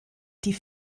die